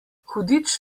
hudič